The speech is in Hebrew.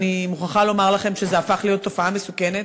אני מוכרחה לומר לכם שזו הפכה להיות תופעה מסוכנת.